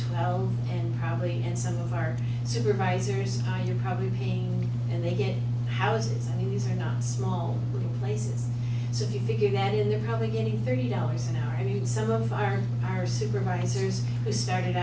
twelve and probablyh and some of our supervisorsh you're probably payingh and they get houses i mean these are not small little places so if you figure that in they're probably getting thirty dollars an hour i mean some our supervisors who started